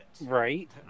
Right